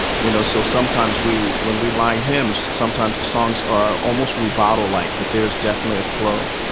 you know, so sometimes we when we line hymns, sometimes the songs are almost rubato like. but there's definitely a flow.